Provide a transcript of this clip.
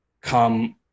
come